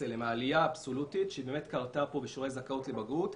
אליהם: העלייה האבסולוטית שקרתה פה בשיעורי הזכאות לבגרות,